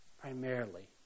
primarily